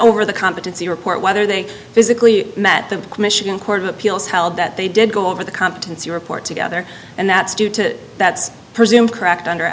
over the competency report whether they physically met the michigan court of appeals held that they did go over the competency report together and that's due to that's presumed cracked under